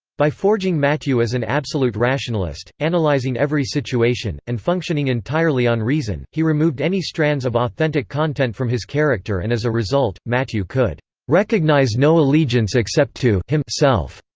by forging mathieu as an absolute rationalist, analyzing every situation, and functioning entirely on reason, he removed any strands of authentic content from his character and as a result, mathieu could recognize no allegiance except to him self,